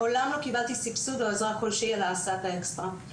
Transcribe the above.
מעולם לא קיבלתי סבסוד או עזרה כלשהי בהסעת האקסטרה.